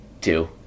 two